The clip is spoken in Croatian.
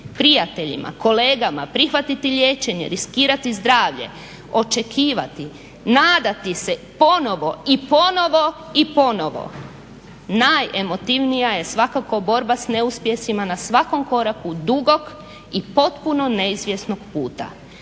prijateljima, kolegama, prihvatiti liječenje, riskirati zdravlje, očekivati, nadati se ponovo i ponovo i ponovo. Najemotivnija je svakako borba s neuspjesima na svakom koraku dugog i potpuno neizvjesnog puta.